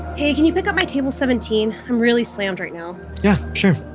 hey, can you pick up my table seventeen? i'm really slammed right now yeah. sure.